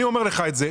אני אומר לך את זה,